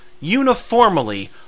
uniformly